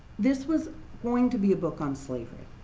this was going to be a book on slavery.